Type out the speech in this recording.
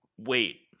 Wait